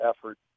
effort